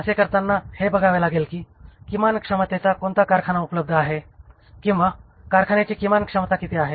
असे करताना हे बघावे लागेल की किमान क्षमतेचचा कोणता कारखाना उपलब्ध आहे कि कारखान्याची किमान क्षमता किती आहे